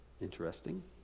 Interesting